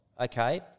okay